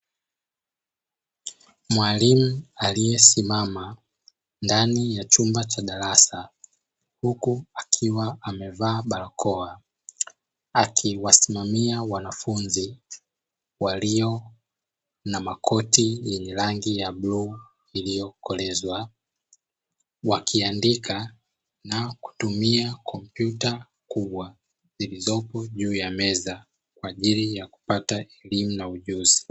Mwalimu aliyesimama ndani ya chumba cha darasa, huku akiwa amevaa barakoa akiwasimamia wanafunzi waliokuwa na makoti yenye rangi ya bluu iliyokolezwa, wakiandika na kutumia kompyuta kubwa zilizopo juu ya meza kwa ajili kupata elimu na ujuzi.